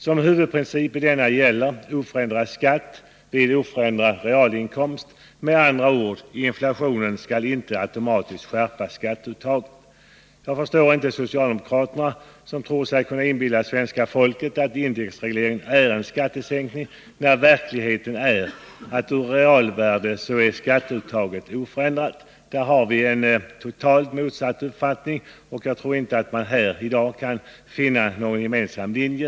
Som huvudprincip i denna gäller oförändrad skatt vid oförändrad realinkomst. Med andra ord: inflationen skall inte automatiskt skärpa skatteuttaget. Jag förstår inte socialdemokraterna, som tror sig kunna inbilla svenska folket att indexregleringen är en skattesänkning, när verkligheten är att skatteuttaget i realvärde är oförändrat. Vi har en totalt motsatt uppfattning här, och jag tror inte att det i dag går att finna någon gemensam linje.